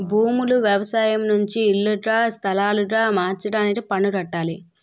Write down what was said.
భూములు వ్యవసాయం నుంచి ఇల్లుగా స్థలాలుగా మార్చడానికి పన్ను కట్టాలి